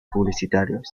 publicitarios